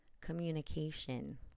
communication